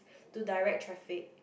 to direct traffic